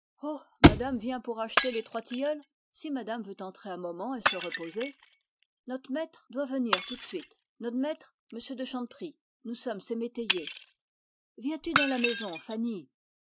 madame vient pour acheter les trois tilleuls si madame veut entrer un moment et se reposer not'maître doit venir tout de suite not'maître m de chanteprie nous sommes ses fermiers viens-tu dans la maison